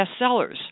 bestsellers